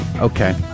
Okay